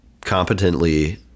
competently